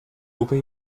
lupe